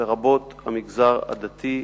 לרבות המגזר הדתי והלא-יהודי.